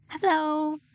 Hello